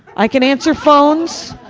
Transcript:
i can answer phones.